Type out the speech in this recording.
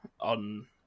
on